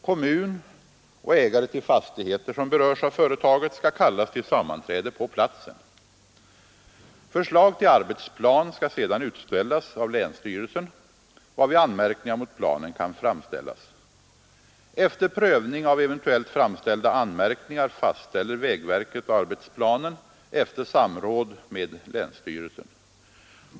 Kommun och ägare till fastigheter som berörs av företaget skall kallas till sammanträde på platsen. Förslag till arbetsplan skall sedan utställas av länsstyrelsen, varvid anmärkningar mot planen kan framställas. Efter prövning av eventuellt framställda anmärkningar fastställer vägverket arbetsplanen efter samråd med länsstyrelsen.